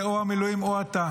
זה או המילואים או אתה.